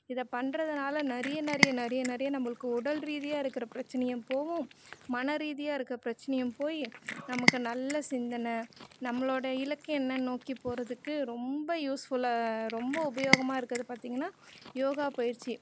இதை பண்றதுனால் நிறைய நிறைய நிறைய நிறைய நம்மளுக்கு உடல் ரீதியாக இருக்கிற பிரச்சினையும் போகும் மன ரீதியாக இருக்கற பிரச்சினையும் போய் நமக்கு நல்ல சிந்தனை நம்மளோடய இலக்கு என்ன நோக்கி போகிறதுக்கு ரொம்ப யூஸ்ஃபுல்லாக ரொம்ப உபயோகமாக இருக்கிறது பார்த்தீங்கன்னா யோகா பயிற்சி